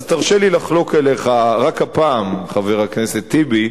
אז תרשה לי לחלוק עליך רק הפעם, חבר הכנסת טיבי,